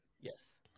Yes